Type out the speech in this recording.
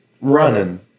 running